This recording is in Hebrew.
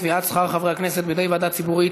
קביעת שכר חברי הכנסת בידי ועדה ציבורית),